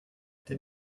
did